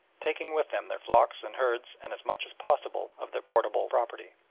taking with them their flocks and herds and as much as possible of their portable property.